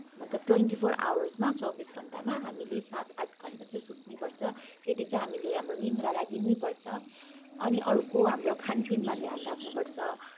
मतलब twenty four आवर्समा चौबिस घन्टामा हामीले सात आठ घन्टा चाहिँ सुत्नैपर्छ त्यत्ति चाहिँ हामीले हाम्रो निद्रालाई दिनैपर्छ अनि अर्को हाम्रो खानपिनमा ध्यान राख्नपर्छ